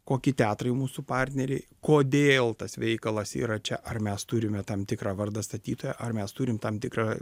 kokie teatrai mūsų partneriai kodėl tas veikalas yra čia ar mes turime tam tikrą vardą statytoją ar mes turim tam tikrą